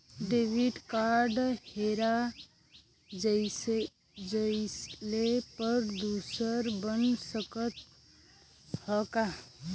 Debit card हेरा जइले पर दूसर बन सकत ह का?